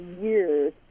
years